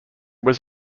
was